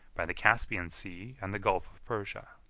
by the caspian sea, and the gulf of persia.